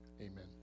amen